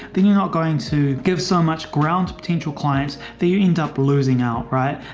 then you're not going to give so much ground. potential clients that you end up losing out. right.